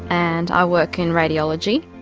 and i work in radiology,